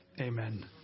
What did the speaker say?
Amen